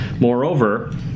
moreover